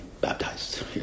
baptized